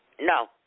No